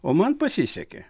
o man pasisekė